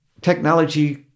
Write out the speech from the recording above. technology